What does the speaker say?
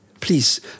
Please